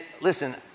listen